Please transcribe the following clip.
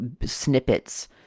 snippets